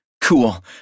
Cool